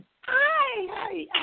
Hi